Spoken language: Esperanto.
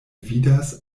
vidas